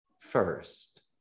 first